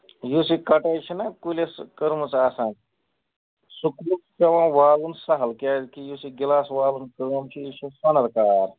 یُس یہِ کَٹٲے چھَناہ کُلِس کٔرمٕژ آسان سُہ کُل چھُ پٮ۪وان والُن سَہل کیٛازِ کہِ یُس یہِ گِلاس والُن پٮ۪وان چھِ یہِ چھُ سۅنٕرۍ کار